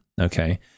okay